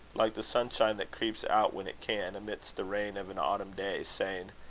like the sunshine that creeps out when it can, amidst the rain of an autumn day, saying,